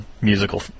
musical